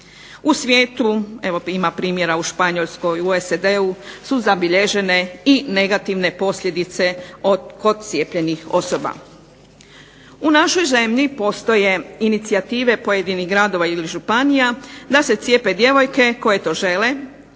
U svijetu, evo ima primjera u Španjolskoj, u SAD-u su zabilježene i negativne posljedice kod cijepljenih osoba. U našoj zemlji postoje inicijative pojedinih gradova ili županija da se cijepe djevojke koje to žele,